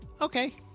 okay